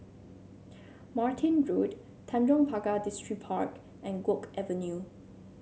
Martin Road Tanjong Pagar Distripark and Guok Avenue